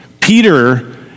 Peter